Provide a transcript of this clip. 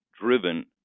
Driven